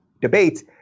debates